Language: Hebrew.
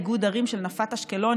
איגוד ערים של נפת אשקלון,